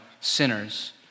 sinners